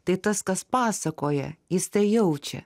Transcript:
tai tas kas pasakoja jis tai jaučia